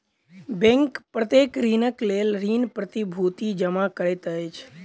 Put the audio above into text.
bank प्रत्येक ऋणक लेल ऋण प्रतिभूति जमा करैत अछि